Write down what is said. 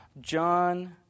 John